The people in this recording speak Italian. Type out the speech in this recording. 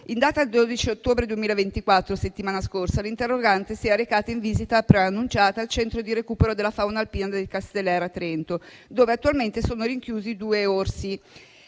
in data 12 ottobre 2024 l'interrogante si è recata in visita preannunciata al centro di recupero della fauna alpina di Casteller, dove attualmente sono rinchiusi i due orsi